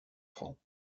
francs